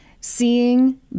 seeing